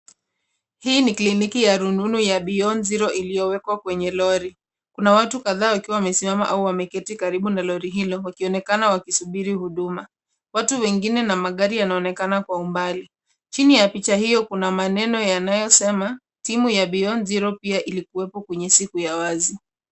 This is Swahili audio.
Hii ni kliniki ya rununu ya Beyond Zero iliyowekwa kwenye lori. Kuna watu kadhaa wakiwa wamesimama au wameketi karibu na lori hilo wakionekana wakisubiri huduma. Watu wengine na magari yanaonekana kwa umbali. Chini ya picha hiyo kuna maneno yanayosema timu ya beyond zero pia ilikuwepo kwenye siku ya wazi.